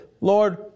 Lord